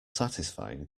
satisfying